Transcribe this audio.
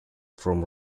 from